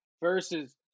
versus